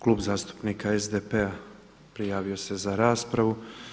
Klub zastupnika SDP-a prijavio se za raspravu.